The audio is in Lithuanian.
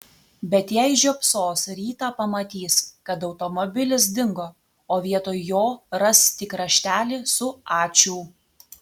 bet jei žiopsos rytą pamatys kad automobilis dingo o vietoj jo ras tik raštelį su ačiū